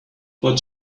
but